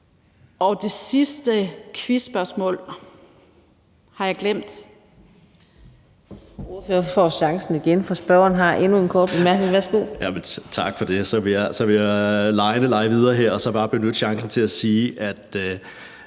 Det sidste quizspørgsmål har jeg glemt.